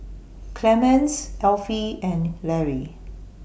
Clemence Elfie and Larry